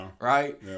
right